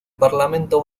parlamento